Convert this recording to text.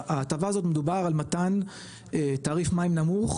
ההטבה הזו מדובר על מתן תעריף מים נמוך,